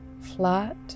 flat